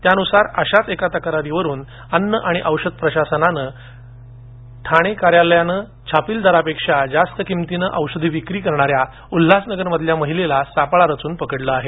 त्यानुसार अशाच एका तक्रारीवरून अन्न आणि औषध प्रशासनाच्या ठाणे कार्यालयानं छापील दरापेक्षा जास्त किंमतीनं औषधाची विक्री करणाऱ्या उल्हासनगर मधील महिलेला सापळा रचून पकडलं आहे